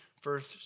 first